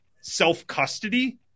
self-custody